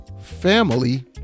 family